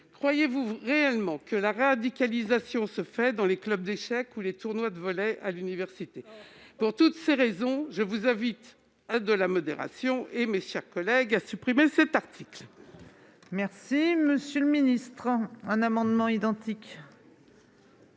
Croyez-vous réellement que la radicalisation opère dans les clubs d'échecs ou les tournois de volley à l'université ? Pour toutes ces raisons, je vous invite à faire preuve de modération, mes chers collègues, et à supprimer cet article.